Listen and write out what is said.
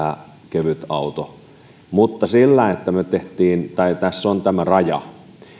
mutta se että tässä on tämä raja